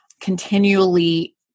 continually